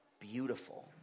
beautiful